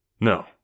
No